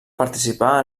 participar